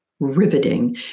Riveting